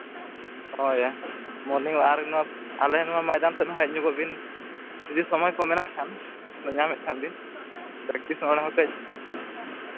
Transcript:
ᱦᱳᱭ ᱟᱨ ᱱᱚᱣᱟ ᱟᱞᱮ ᱱᱚᱣᱟ ᱢᱚᱭᱫᱟᱱ ᱥᱮᱫ ᱦᱚᱸ ᱦᱮᱡ ᱧᱚᱜᱚᱜ ᱵᱤᱱ ᱡᱩᱫᱤ ᱥᱚᱢᱚᱭ ᱠᱚ ᱢᱮᱱᱟᱜ ᱠᱷᱟᱱ ᱧᱟᱢ ᱮᱫ ᱠᱷᱟᱱ ᱵᱤᱱ ᱯᱨᱮᱠᱴᱤᱥ ᱦᱚᱲ ᱦᱚᱸ ᱠᱟᱹᱡ